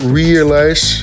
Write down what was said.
realize